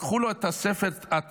לקחו לו את ספר התהילים,